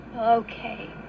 Okay